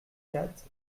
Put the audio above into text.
quatre